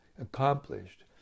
accomplished